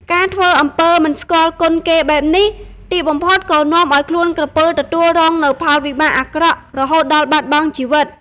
ការធ្វើអំពើមិនស្គាល់គុណគេបែបនេះ ទីបំផុតក៏នាំឲ្យខ្លួនក្រពើទទួលរងនូវផលវិបាកអាក្រក់រហូតដល់បាត់បង់ជីវិត។